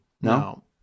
no